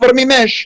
כבר מימש.